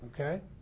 Okay